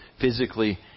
physically